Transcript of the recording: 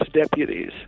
deputies